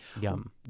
Yum